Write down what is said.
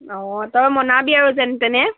অঁ তই মনাবি আৰু যেন তেনে